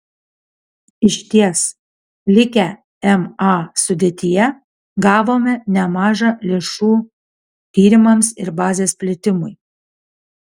išties likę ma sudėtyje gavome nemaža lėšų tyrimams ir bazės plėtimui